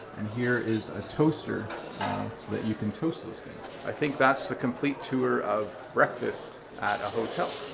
and here is a toaster so that you can toast those things. i think that's the complete tour of breakfast at a hotel.